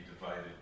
divided